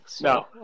No